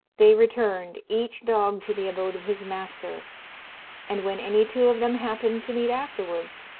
they returned, each dog to the abode of his master and, when any two of them happened to meet afterwards,